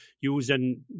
using